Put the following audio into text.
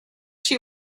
she